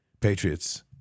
Patriots